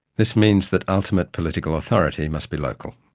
this means that ultimate political authority must be local.